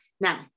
Now